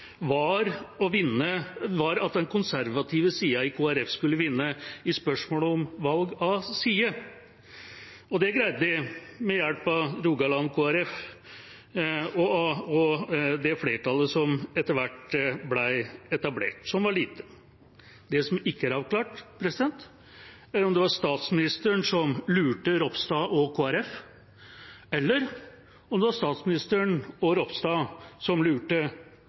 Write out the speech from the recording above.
var at den konservative sida i Kristelig Folkeparti skulle vinne i spørsmålet om valg av side. Det greide de, med hjelp av Rogaland Kristelig Folkeparti og det flertallet som etter hvert ble etablert – som var lite. Det som ikke er avklart, er om det var statsministeren som lurte Ropstad og Kristelig Folkeparti, eller om det var statsministeren og Ropstad som lurte